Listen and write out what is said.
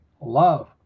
love